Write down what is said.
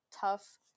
tough